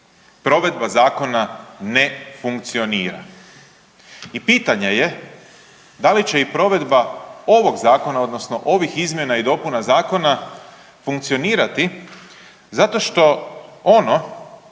provedba zakona ne funkcionira i pitanje je da li će i provedba ovog zakona odnosno ovih izmjena i dopuna zakona funkcionirati zato što ono